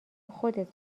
خودت